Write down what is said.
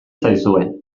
zaizue